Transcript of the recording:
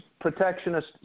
protectionist